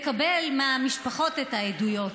לקבל מהמשפחות את העדויות.